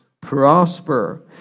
prosper